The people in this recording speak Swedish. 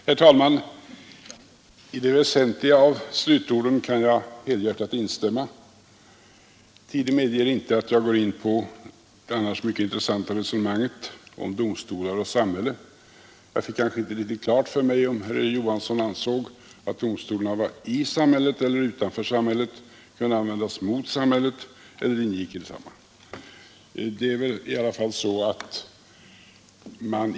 Herr talman! I det väsentliga i herr Johanssons i Trollhättan slutord kan jag helhjärtat instämma. Tiden medger emellertid inte att jag går in på det intressanta resonemanget om domstolar och samhälle. Men jag fick inte riktigt klart för mig om herr Johansson ansåg att domstolarna var i samhället eller utanför samhället, om de skall användas mot samhället eller ingick i samhället.